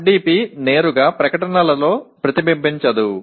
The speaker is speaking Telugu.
FDP నేరుగా ప్రకటనలో ప్రతిబింబించదు